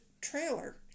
trailer